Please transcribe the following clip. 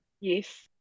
Yes